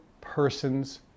person's